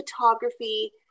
photography